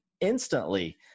instantly